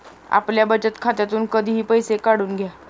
आपल्या बचत खात्यातून कधीही पैसे काढून घ्या